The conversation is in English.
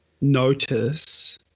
notice